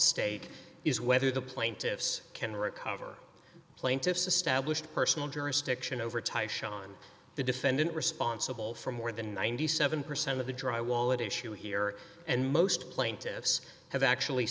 stake is whether the plaintiffs can recover plaintiff's established personal jurisdiction over tie schon the defendant responsible for more than ninety seven percent of the drywall at issue here and most plaintiffs have actually